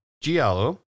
giallo